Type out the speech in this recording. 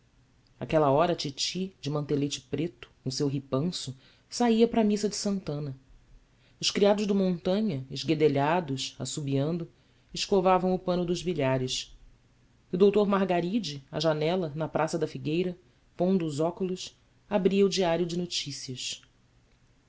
àquela hora a titi de mantelete preto com o seu ripanço saía para a missa de santana os criados do montanha esguedelhados assobiando escovavam o pano dos bilhares e o doutor margaride à janela na praça da figueira pondo os óculos abria o dia rio de notícias